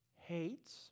hates